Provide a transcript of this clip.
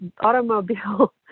automobile